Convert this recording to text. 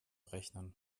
rechnen